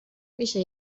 میشه